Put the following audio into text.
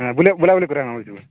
ହଁ ବୁଲାବୁଲି କରିବା ମାମୁଁଘର ଯିବୁଁ